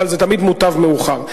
אבל תמיד מוטב מאוחר.